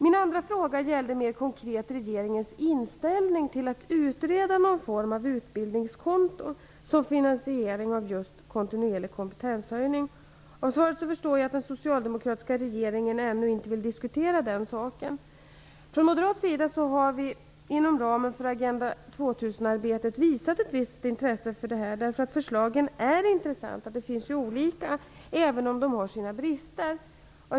Min andra fråga gäller mer konkret regeringens inställning till att utreda någon form av utbildningskonto för finansiering av kontinuerlig kompetenshöjning. Av svaret förstår jag att den socialdemokratiska regeringen ännu inte vill diskutera den saken. Från Moderaternas sida har vi inom ramen för Agenda 2000-arbetet visat ett visst intresse för detta. De olika förslagen är intressanta, även om de har sina brister.